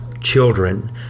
children